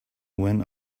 when